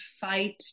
fight